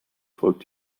folgt